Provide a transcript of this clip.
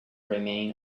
remain